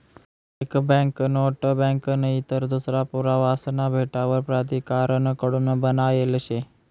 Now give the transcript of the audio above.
एक banknote bank नईतर दूसरा पुरावासना भेटावर प्राधिकारण कडून बनायेल शे